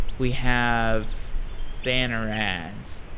we have banner ads,